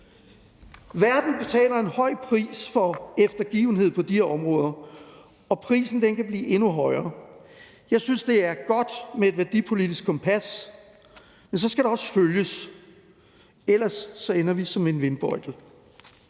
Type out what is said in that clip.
Verden betaler en høj pris for eftergivenhed på de områder, og prisen kan blive endnu højere. Jeg synes, det er godt med et værdipolitisk kompas, men så skal det også følges. Ellers ender vi som en vindbøjtel.